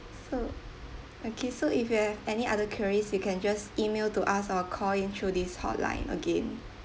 so okay so if you have any other queries you can just email to us or call in through this hotline again